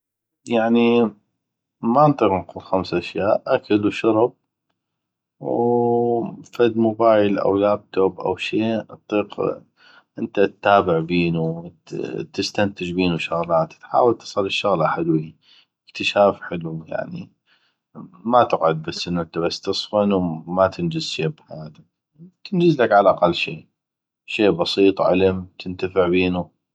يعني ما نطيق نقول خمس اشياء اكل وشرب و فدمبايل أو لابتوب او شي تطيق انته تتابع بينو أو تستنتج بينو شغلات تحاول تصل ل شغله حلوي اكتشاف حلو ما تقعد بس تصفن وما تنجز شغله بحياتك تنجزلك عالاقل شي شي بسيط علم تنتفع بينو